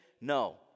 No